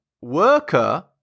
worker